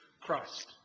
Christ